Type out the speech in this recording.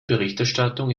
berichterstattung